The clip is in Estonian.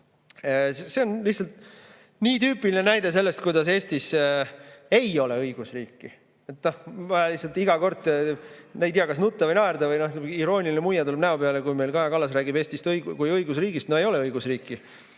See on lihtsalt nii tüüpiline näide selle koha, kuidas Eestis ei ole õigusriiki. Ma lihtsalt iga kord ei tea, kas nutta või naerda, irooniline muie tuleb näole, kui Kaja Kallas räägib Eestist kui õigusriigist. No ei ole õigusriiki!